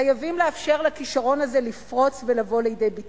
חייבים לאפשר לכשרון הזה לפרוץ ולבוא לידי ביטוי.